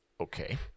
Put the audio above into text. Okay